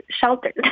sheltered